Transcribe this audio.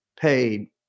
paid